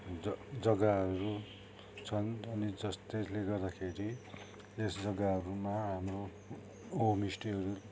ज जग्गाहरू छन् अनि जस् त्यसले गर्दाखेरि यस जग्गाहरूमा हाम्रो होमस्टेहरू